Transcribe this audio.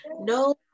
No